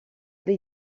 dei